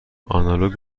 آنالوگ